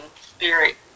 spirit